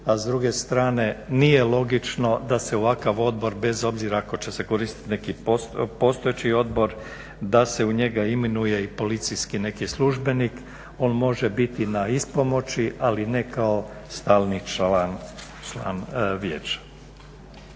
a s druge strane nije logično da se ovakav odbor bez obzira ako će se koristiti neki postojeći odbor da se u njega imenuje i policijski neki službenik. On može biti na ispomoći ali ne kao stalni član vijeća.